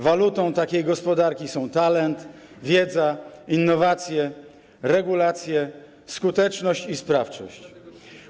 Walutą takiej gospodarki są talent, wiedza, innowacje, regulacje, skuteczność i sprawczość.